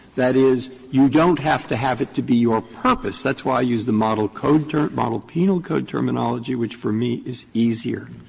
that is, you don't have to have it to be your purpose. that's why i use the model code term model penal code terminology which, for me, is easier.